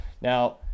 Now